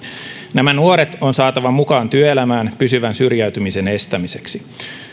nämä nuoret on saatava mukaan työelämään pysyvän syrjäytymisen estämiseksi